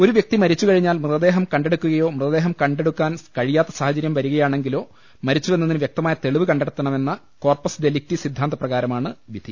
ഒരു വ്യക്തി മരിച്ചു കഴിഞ്ഞാൽ മൃതദേഹം കണ്ടെടുക്കുകയോ മൃതദേഹം കണ്ടെടു ക്കാൻ കഴിയാത്ത സാഹചര്യം വരികയാണെങ്കിലോ മരിച്ചുവെന്നതിന് വ്യക്തമായ തെളിവ് കണ്ടെത്തണമെന്ന കോർപ്പസ് ഡെലിക്റ്റി സിദ്ധാന്തപ്രകാരമാണ് വിധി